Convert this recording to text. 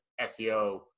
SEO